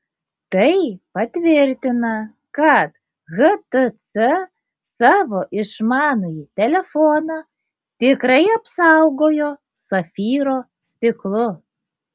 tai patvirtina kad htc savo išmanųjį telefoną tikrai apsaugojo safyro stiklu